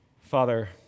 Father